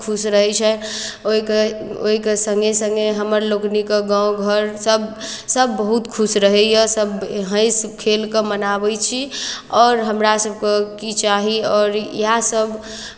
खुश रहै छै ओहिके ओहिके सङ्गे सङ्गे हमर लोकनिक गाँव घरसभ बहुत खुश रहैए सभ हँसि खेलि कऽ मनाबै छी आओर हमरासभके की चाही आओर इएहसभ